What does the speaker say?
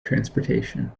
transportation